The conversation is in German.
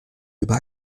über